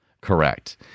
Correct